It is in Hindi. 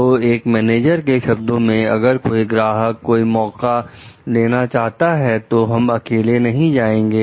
तो एक मैनेजर के शब्दों में " अगर कोई ग्राहक कोई मौका लेना चाहता है तो हम अकेले नहीं जाएंगे